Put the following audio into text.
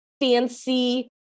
fancy